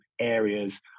areas